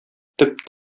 төп